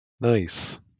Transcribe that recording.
Nice